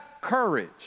courage